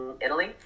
Italy